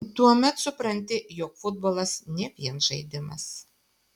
tuomet supranti jog futbolas ne vien žaidimas